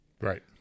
Right